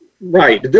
Right